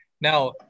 Now